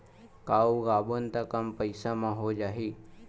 का उगाबोन त कम पईसा म हो जाही?